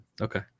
Okay